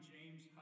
James